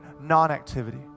non-activity